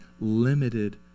limited